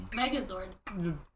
Megazord